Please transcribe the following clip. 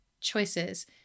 choices